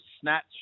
Snatch